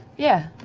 yeah.